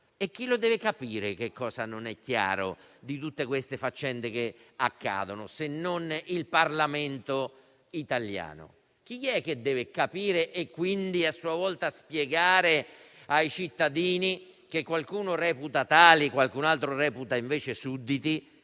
e chi deve capire cosa non è chiaro di tutte queste faccende che accadono, se non il Parlamento italiano? Chi lo deve capire e quindi a sua volta spiegare ai cittadini, che qualcuno reputa tali, mentre qualcun altro considera ancora sudditi,